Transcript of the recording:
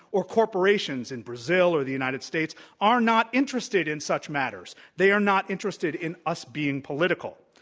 or corporations in brazil or the united states are not interested in such matters. they are not interested in us being political.